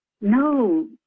no